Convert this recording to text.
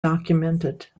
documented